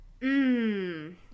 Mmm